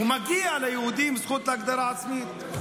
ומגיעה ליהודים זכות להגדרה עצמית.